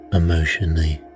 emotionally